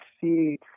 see